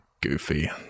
goofy